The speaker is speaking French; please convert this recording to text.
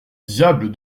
diable